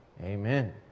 Amen